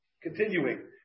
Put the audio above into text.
Continuing